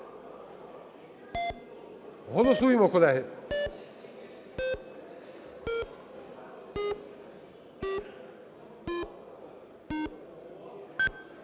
Голосуємо, колеги!